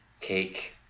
cake